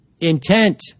intent